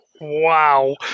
wow